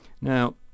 Now